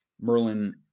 Merlin